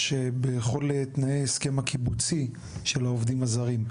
בכל תנאי ההסכם הקיבוצי של העובדים הזרים,